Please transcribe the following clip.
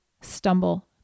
stumble